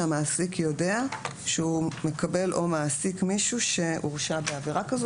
שהמעסיק יודע שהוא מקבל או מעסיק מישהו שהורשע בעבירה כזו.